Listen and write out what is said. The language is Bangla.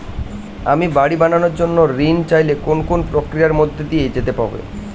আমি বাড়ি বানানোর ঋণ চাইলে কোন কোন প্রক্রিয়ার মধ্যে দিয়ে যেতে হবে?